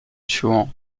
tuant